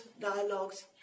dialogues